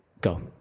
Go